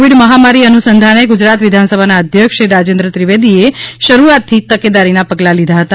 Covid મહામારી અનુસંધાને ગુજરાત વિધાનસભાના અધ્યક્ષશ્રી રાજેન્દ્ર ત્રિવેદીએ શરૂઆતથી જ તકેદારીના પગલાં લીધા હતા